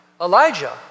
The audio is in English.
Elijah